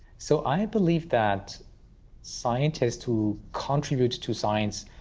so i believe that scientists who contribute to science,